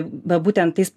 va būtent tais